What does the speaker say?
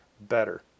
better